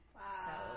Wow